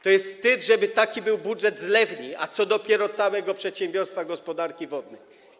To jest wstyd, żeby taki był budżet zlewni, a co dopiero całego przedsiębiorstwa gospodarki wodnej.